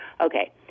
Okay